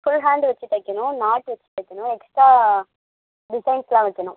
full hand வெச்சி தைக்கணும் knot வெச்சி தைக்கணும் எக்ஸ்ட்ரா டிசைன்ஸுலாம் வைக்கணும்